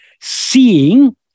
seeing